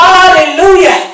Hallelujah